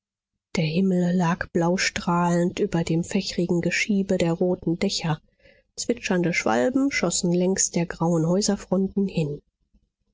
der himmel lag blaustrahlend über dem fächrigen geschiebe der roten dächer zwitschernde schwalben schossen längs der grauen häuserfronten hin